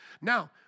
Now